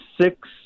six